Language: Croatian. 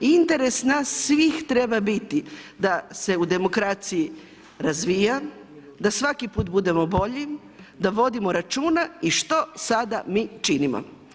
Interes nas svih treba biti da se u demokraciji razvija, da svaki put budemo bolji, da vodimo računa i što sada mi činimo.